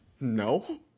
No